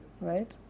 right